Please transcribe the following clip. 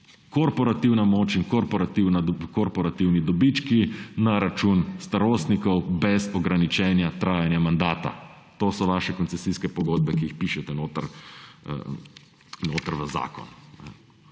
Korporativna moč in korporativni dobički na račun starostnikov bez ograničenja trajanja mandata. To so vaše koncesijske pogodbe, ki jih pišete notri v zakon.